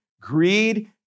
greed